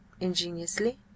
ingeniously